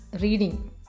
reading